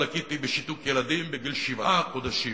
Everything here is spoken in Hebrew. לקיתי בשיתוק ילדים בגיל שבעה חודשים.